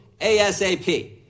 ASAP